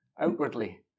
outwardly